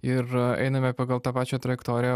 ir einame pagal tą pačią trajektoriją